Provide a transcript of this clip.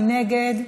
מי נגד?